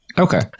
Okay